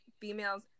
females